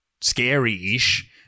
scary-ish